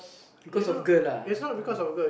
because of girl lah gone